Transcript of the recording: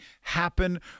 happen